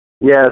Yes